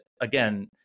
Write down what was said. again